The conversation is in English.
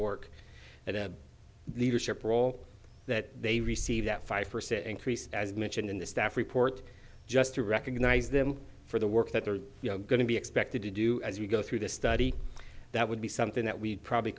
work at a leadership role that they receive that five percent increase as mentioned in the staff report just to recognize them for the work that they're going to be expected to do as we go through the study that would be something that we probably